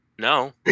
No